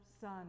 son